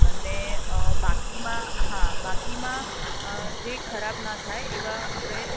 અને બાકીમાં હા બાકીમાં જે ખરાબ ન થાયે એવા આપળે